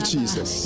Jesus